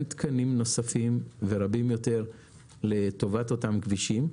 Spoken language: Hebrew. תקנים נוספים ורבים יותר לטובת אותם כבישים,